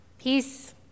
Peace